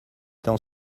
temps